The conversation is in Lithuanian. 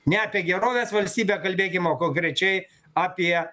ne apie gerovės valstybę kalbėkim o konkrečiai apie